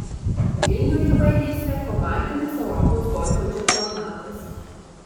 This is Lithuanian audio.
vilniuje baigėsi komandinis europos golfo čempionatas